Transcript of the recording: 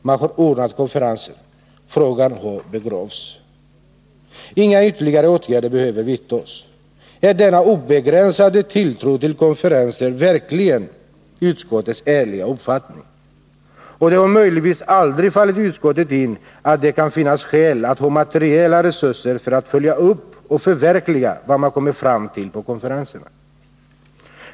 Man har ordnat konferenser. Frågan kan begravas. Inga ytterligare åtgärder behöver vidtas. Är denna obegränsade tilltro till konferenser verkligen utskottets ärliga uppfattning? Det har möjligtvis aldrig fallit utskottet in att det kan finnas skäl att ha materiella resurser för att följa upp och förverkliga vad man kommer fram till på konferenserna?